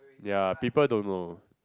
ya people don't know